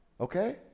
Okay